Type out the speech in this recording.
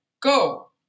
go